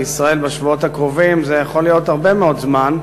בישראל "בשבועות הקרובים" זה יכול להיות הרבה מאוד זמן,